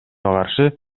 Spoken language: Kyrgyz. каршы